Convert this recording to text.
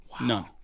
None